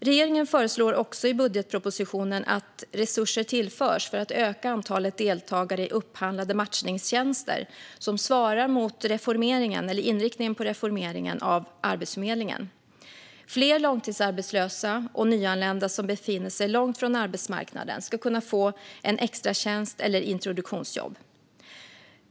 Regeringen föreslår också i budgetpropositionen att resurser tillförs för att öka antalet deltagare i upphandlade matchningstjänster som svarar mot inriktningen på reformeringen av Arbetsförmedlingen. Fler långtidsarbetslösa och nyanlända som befinner sig långt från arbetsmarknaden ska kunna få en extratjänst eller introduktionsjobb.